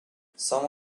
some